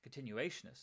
continuationists